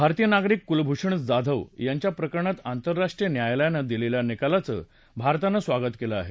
भारतीय नागरिक कुलभूषण जाधव यांच्या प्रकरणात आंतरराष्ट्रीय न्यायालयानं दिलेल्या निकालाचं भारतानं स्वागत केलं आहे